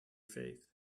faith